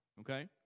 okay